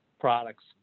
products